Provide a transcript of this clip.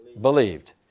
believed